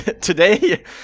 today